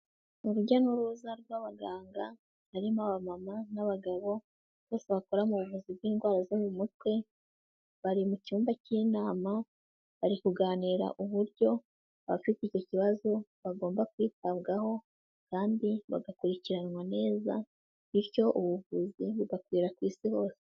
Urujya n'uruza rw'abaganga harimo abamama n'abagabo bose bakora mu buvuzi bw'indwara zo mu mutwe, bari mu cyumba cy'inama, bari kuganira uburyo abafite icyo kibazo bagomba kwitabwaho kandi bagakurikiranwa neza, bityo ubuvuzi bugakwira ku isi hose.